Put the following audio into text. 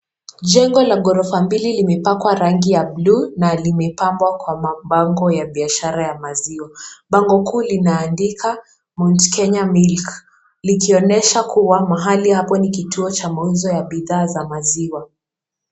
Jengo la ghorofa mbili lime pakwa rangi ya buluu na limepambwa kwa mabango ya biashara ya maziwa. Bango kuu linaandika mount Kenya milk likionyesha kua mahali hapa ni kituo cha mauzo ya bidhaa za maziwa.